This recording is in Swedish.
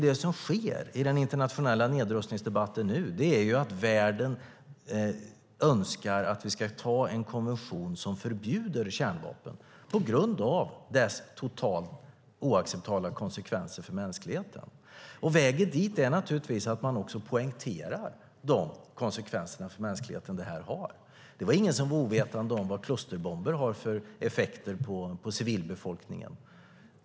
Det som sker i den internationella nedrustningsdebatten nu är att världen önskar att vi ska anta en konvention som förbjuder kärnvapen på grund av dess totalt oacceptabla konsekvenser för mänskligheten. Vägen dit handlar naturligtvis om att man också poängterar de konsekvenser för mänskligheten som det här har. Det var ingen som var ovetande om vad klusterbomber hade för effekter på civilbefolkningen.